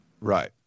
Right